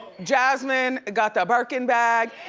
jasmine got the birkin bag,